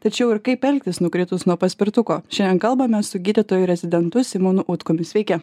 tačiau ir kaip elgtis nukritus nuo paspirtuko šiandien kalbame su gydytoju rezidentu simonu utkumi sveiki